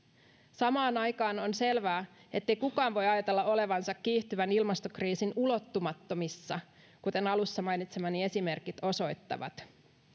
samaan aikaan on selvää ettei kukaan voi ajatella olevansa kiihtyvän ilmastokriisin ulottumattomissa kuten alussa mainitsemani esimerkit osoittavat